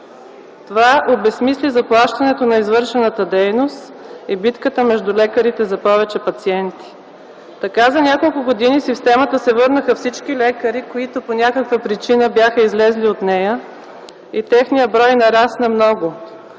Това обезсмисли заплащането на извършената дейност и битката между лекарите за повече пациенти. Така за няколко години в системата се върнаха всички лекари, които по някаква причина бяха излезли от нея, и техният брой нарасна много.